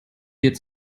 jetzt